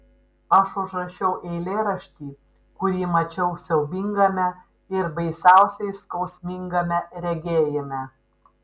aš užrašiau eilėraštį kurį mačiau siaubingame ir baisiausiai skausmingame regėjime